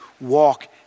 walk